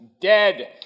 Dead